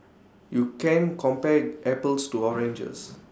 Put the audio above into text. you can't compare apples to oranges